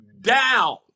down